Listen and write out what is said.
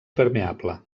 permeable